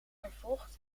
vervolgd